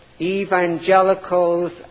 Evangelicals